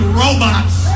robots